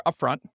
upfront